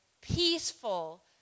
peaceful